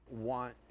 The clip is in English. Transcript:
want